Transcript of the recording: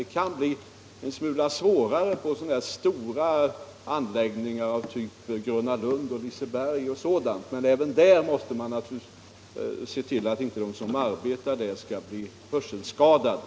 Det kan bli en smula svårare på stora anläggningar av typ Gröna lund och Liseberg, men även på sådana ställen måste man naturligtvis se till att de som arbetar där inte blir hörselskadade.